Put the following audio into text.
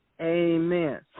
Amen